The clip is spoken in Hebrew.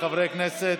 חברי הכנסת.